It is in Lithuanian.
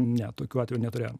ne tokių atvejų neturėjom